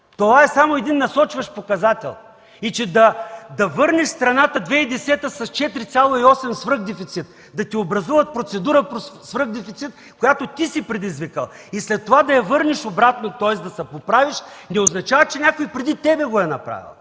Това е само един насочващ показател. И че да върнеш страната през 2010 г. с 4,8 свръхдефицит, да ти образуват процедура по свръхдефицит, която ти си предизвикал, и след това да я върнеш обратно, тоест да се поправиш, не означава, че някой преди теб го е направил